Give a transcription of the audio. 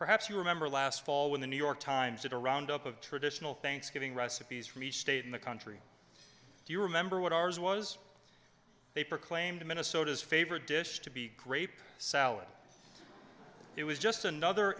perhaps you remember last fall when the new york times it around up of traditional thanksgiving recipes from each state in the country do you remember what ours was they proclaimed minnesota's favorite dish to be grape salad it was just another